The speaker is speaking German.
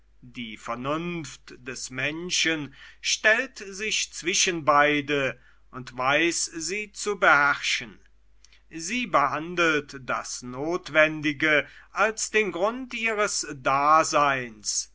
die vernunft des menschen stellt sich zwischen beide und weiß sie zu beherrschen sie behandelt das notwendige als den grund ihres daseins